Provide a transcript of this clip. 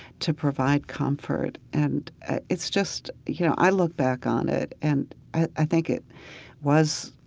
to provide comfort. and it's just, you know, i look back on it and i think it was,